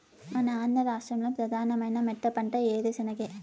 మన ఆంధ్ర రాష్ట్రంలో ప్రధానమైన మెట్టపంట ఈ ఏరుశెనగే